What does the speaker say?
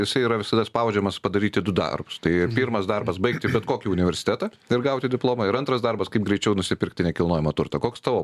jisai yra visada spaudžiamas padaryti du darbus tai pirmas darbas baigti bet kokį universitetą ir gauti diplomą ir antras darbas kaip greičiau nusipirkti nekilnojamo turto koks tavo